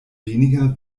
weniger